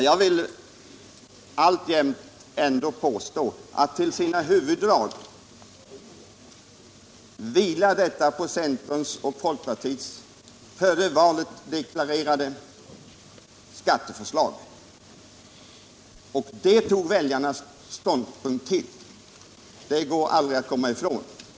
Jag vill ändå alltjämt påstå att detta förslag i sina huvuddrag vilar på centerns och folkpartiets före valet deklarerade skatteförslag, och det tog väljarna ståndpunkt till i valet, det går aldrig att komma förbi.